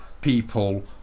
people